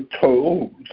told